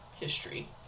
history